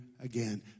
again